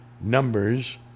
numbers